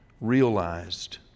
realized